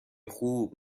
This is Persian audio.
خوب